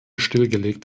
stillgelegt